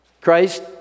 Christ